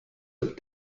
foot